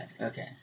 okay